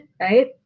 right